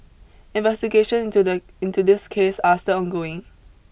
investigations to the into this case are still ongoing